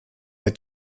der